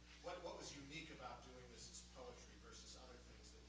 what what was unique about doing this poetry versus, other things